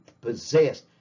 possessed